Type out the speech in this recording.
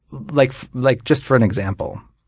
like like just for an example,